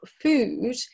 food